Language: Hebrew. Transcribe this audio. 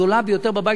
הגדולה ביותר בבית,